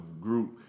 group